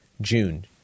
June